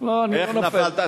איך נפלת?